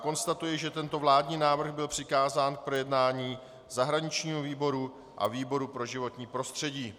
Konstatuji, že tento vládní návrh byl přikázán k projednání zahraničnímu výboru a výboru pro životní prostředí.